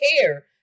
care